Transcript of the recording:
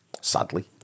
sadly